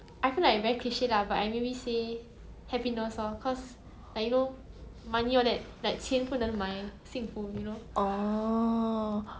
orh